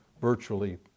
virtually